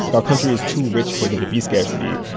and our country is too rich for there to be scarcity.